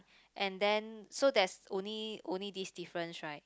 and then so that's only only this difference right